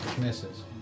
Misses